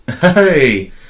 Hey